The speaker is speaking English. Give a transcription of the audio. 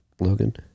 Logan